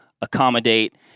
accommodate